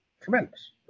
Tremendous